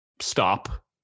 stop